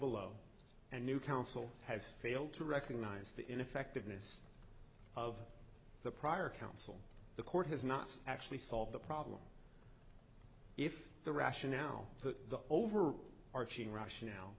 below a new council has failed to recognize the ineffectiveness of the prior council the court has not actually solved the problem if the rationale for the over arching russia now